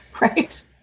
Right